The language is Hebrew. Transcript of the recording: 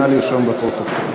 נא לרשום בפרוטוקול.